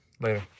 Later